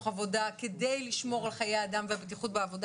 עבודה כדי לשמור על חיי אדם והבטיחות בעבודה.